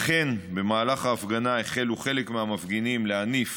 אכן, במהלך ההפגנה החלו חלק מהמפגינים להניף